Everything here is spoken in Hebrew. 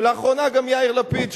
ולאחרונה גם יאיר לפיד,